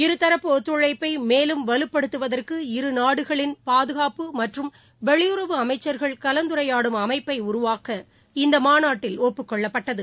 இருதரப்பு ஒத்துழைப்பைமேலும் வலுப்படுத்துவதற்கு இரு நாடுகளின் பாதுகாப்பு மற்றும் வெளியுறவு அமைச்சர்கள் கலந்துரையாடும் அமைப்பைஉருவாக்க இந்தமாநாட்டில் ஒப்புக் கொள்ளப்பட்டது